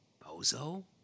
Bozo